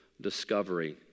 discovery